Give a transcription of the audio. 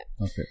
Okay